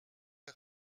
est